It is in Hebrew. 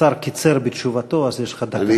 השר קיצר בתשובתו, אז יש לך דקה.